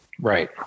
right